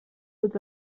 tots